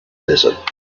desert